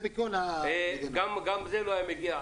מסננות גם זה לא היה מגיע.